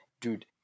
Dude